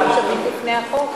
למה אתה לא מבטל את החוק?